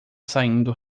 saindo